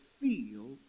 feel